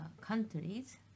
countries